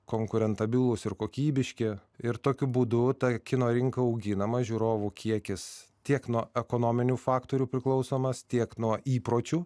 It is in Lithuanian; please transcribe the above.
konkurentabailūs ir kokybiški ir tokiu būdu ta kino rinka auginama žiūrovų kiekis tiek nuo ekonominių faktorių priklausomas tiek nuo įpročių